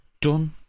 done